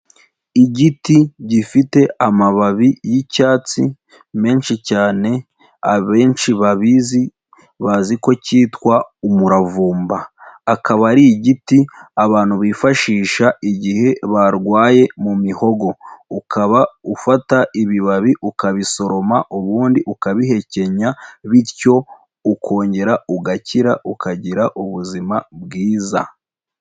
Igiti gifite amababi y'icyatsi menshi cyane abenshi babizi bazi ko cyitwa umuravumba, akaba ari igiti abantu bifashisha igihe barwaye mu mihogo, ukaba ufata ibibabi ukabisoroma ubundi ukabihekenya bityo ukongera ugakira ukagira ubuzima bwiza.